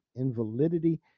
invalidity